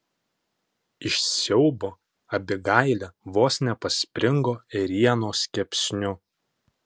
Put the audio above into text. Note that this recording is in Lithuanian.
iš siaubo abigailė vos nepaspringo ėrienos kepsniu